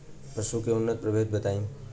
पशु के उन्नत प्रभेद बताई?